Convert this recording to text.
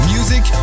Music